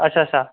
अच्छा अच्छा